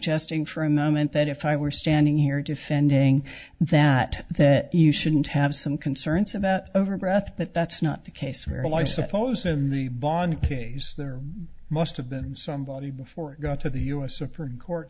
suggesting for a moment that if i were standing here defending that that you shouldn't have some concerns about over breath but that's not the case where life suppose in the bond case there must have been somebody before it got to the u s supreme court